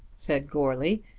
said goarly,